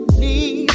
need